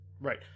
Right